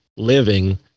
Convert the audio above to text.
living